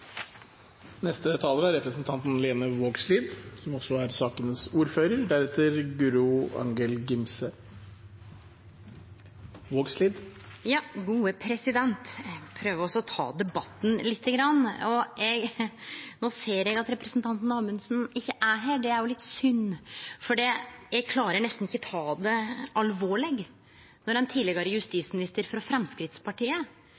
Eg prøver å ta debatten litt, og no ser eg at representanten Amundsen ikkje er her. Det er litt synd, for eg klarer nesten ikkje å ta det alvorleg når ein tidlegare